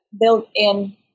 built-in